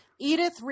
Edith